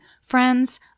Friends